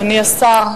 אדוני השר,